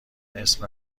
اسم